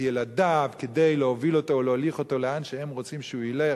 ילדיו כדי להוביל אותו ולהוליך אותו לאן שהם רוצים שהוא ילך.